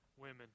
women